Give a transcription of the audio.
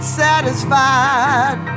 satisfied